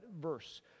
verse